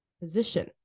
position